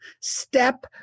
step